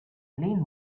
lean